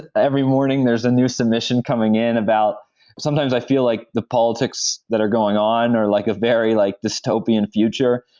every morning there is a new submission coming in about sometimes i feel like the politics that are going on are like very like dystopian future.